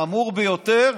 חמור ביותר,